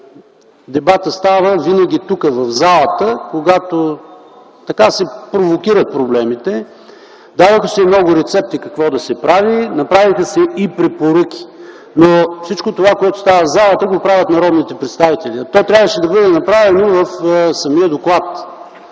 Дебатът става винаги тук, в залата, когато се провокират проблемите. Даваха се много рецепти какво да се прави, направиха се и препоръки. Но всичко това, което става в залата, го правят народните представители, а то трябваше да бъде направено в самия доклад.